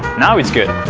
now it's good!